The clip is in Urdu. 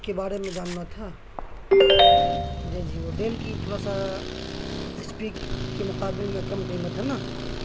کے بارے میں جاننا تھا جی جی وہ ڈیل کی تھوڑا سا اسپیڈ کے مقابلے میں کم قیمت ہے نا